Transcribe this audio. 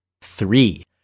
Three